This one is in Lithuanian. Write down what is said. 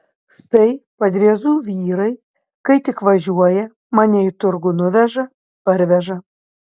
štai padriezų vyrai kai tik važiuoja mane į turgų nuveža parveža